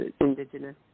Indigenous